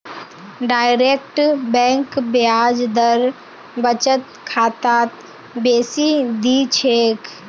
direct bank ब्याज दर बचत खातात बेसी दी छेक